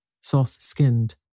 soft-skinned